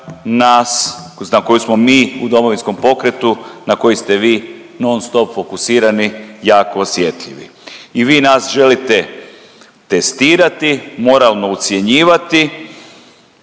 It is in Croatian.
nas, na koju smo mi u Domovinsko pokretu, na koju ste vi non-stop fokusirani, jako osjetljivi. I vi nas želite testirati, moralno ucjenjivati.